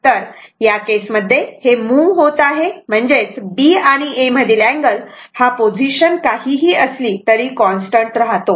तर या केस मध्ये हे मूव्ह होत आहे म्हणजेच B आणि A मधील अँगल हा पोझिशन काहीही असली तरी कॉन्स्टंट राहतो